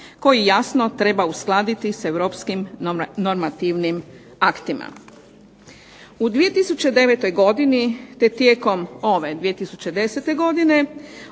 koji jasno treba uskladiti s europskim normativnim aktima. U 2009. godini te tijekom ove 2010. godine